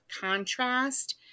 contrast